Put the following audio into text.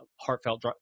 heartfelt